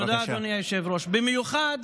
בבקשה.